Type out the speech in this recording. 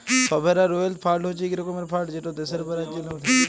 sovereign wealth fund হছে ইক রকমের ফাল্ড যেট দ্যাশের বা রাজ্যের লামে থ্যাকে